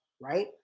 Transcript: right